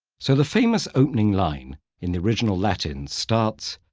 so the famous opening line in the original latin starts,